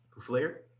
Flair